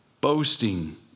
Boasting